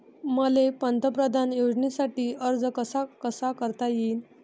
मले पंतप्रधान योजनेसाठी अर्ज कसा कसा करता येईन?